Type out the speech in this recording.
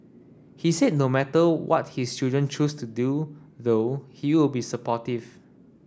he said no matter what his children choose to do though he'll be supportive